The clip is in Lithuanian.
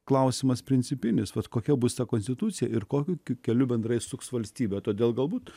klausimas principinis vat kokia bus ta konstitucija ir kokiu keliu bendrai suks valstybė todėl galbūt